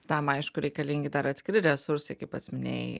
tam aišku reikalingi dar atskiri resursai kaip pats minėjai